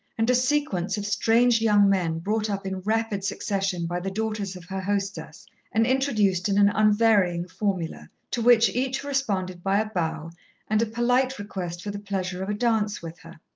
and a sequence of strange young men brought up in rapid succession by the daughters of her hostess and introduced in an unvarying formula, to which each responded by a bow and a polite request for the pleasure of a dance with her.